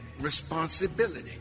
responsibility